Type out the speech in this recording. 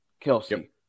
Kelsey